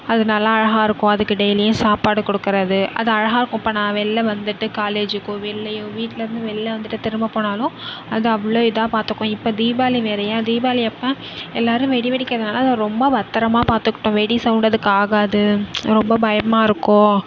அது நல்லா அழகாயிருக்கும் அதுக்கு டெய்லியும் சாப்பாடு கொடுக்கறது அது அழகாக்கும் இப்போ நான் வெளில வந்துட்டு காலேஜிக்கோ வெளிலையோ வீட்டில இருந்து வெளியில வந்துட்டு திரும்ப போனாலும் அது அவ்வளோ இதாக பார்த்துக்கும் இப்போ தீபாவளி வேறயா தீபாவளி அப்போ எல்லாரும் வெடி வெடிக்கிறதனால அதை ரொம்ப பத்திரமா பார்த்துக்கிட்டோம் வெடி சௌண்டு அதுக்கு ஆகாது ரொம்ப பயமாக இருக்கும்